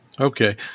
Okay